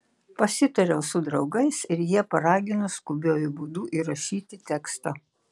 pasitariau su draugais ir jie paragino skubiuoju būdu įrašyti tekstą